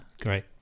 Great